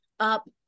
up